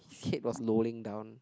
head was rolling down